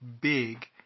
big